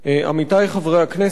עמיתי חברי הכנסת,